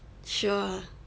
sure